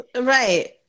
Right